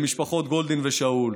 למשפחות גולדין ושאול,